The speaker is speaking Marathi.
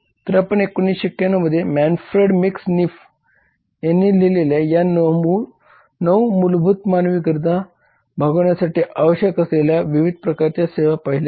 तर आपण 1991 मध्ये मॅनफ्रेड मॅक्स निफ यांनी लिहिलेल्या या 9 मूलभूत मानवी गरजा भागवण्यासाठी आवश्यक असलेल्या विविध प्रकारच्या सेवा पाहिल्या आहेत